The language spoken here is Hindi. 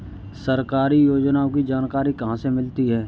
सरकारी योजनाओं की जानकारी कहाँ से मिलती है?